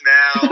now